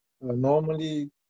normally